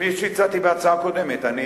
כפי שהצעתי בהצעה הקודמת.